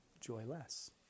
joyless